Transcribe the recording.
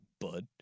bud